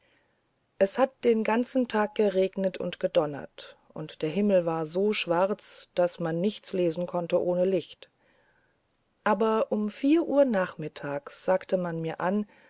es hatte den ganzen tag geregnet und gedonnert und der himmel war so schwarz daß man nichts lesen konnte ohne licht aber um vier uhr nachmittags sagte man mir an